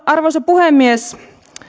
arvoisa puhemies